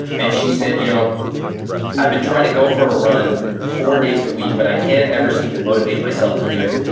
and she said, you know i've been trying to go for a run four days a week, but i can't ever seem to motivate myself to do it.